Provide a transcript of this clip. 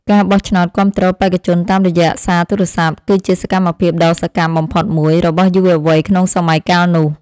ការបោះឆ្នោតគាំទ្របេក្ខជនតាមរយៈសារទូរស័ព្ទ គឺជាសកម្មភាពដ៏សកម្មបំផុតមួយរបស់យុវវ័យក្នុងសម័យកាលនោះ។